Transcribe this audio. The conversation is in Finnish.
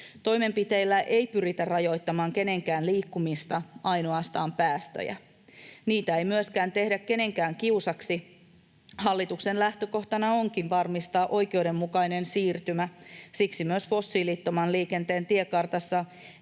Toimenpiteillä ei pyritä rajoittamaan kenenkään liikkumista, ainoastaan päästöjä. Niitä ei myöskään tehdä kenenkään kiusaksi. Hallituksen lähtökohtana onkin varmistaa oikeudenmukainen siirtymä. Siksi myös fossiilittoman liikenteen tiekartassa